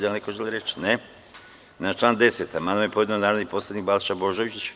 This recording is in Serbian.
Da li neko želi reč? (Ne) Na član 10. amandman je podneo narodni poslanik Balša Božović.